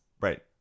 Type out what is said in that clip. Right